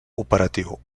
operatiu